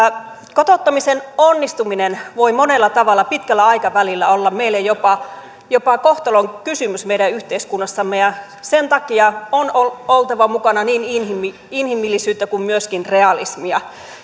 kotouttamisen onnistuminen voi monella tavalla pitkällä aikavälillä olla meille jopa jopa kohtalonkysymys meidän yhteiskunnassamme ja sen takia on on oltava mukana niin niin inhimillisyyttä kuin myöskin realismia